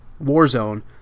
warzone